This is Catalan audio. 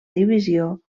divisió